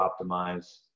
optimize